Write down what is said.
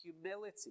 humility